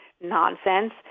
nonsense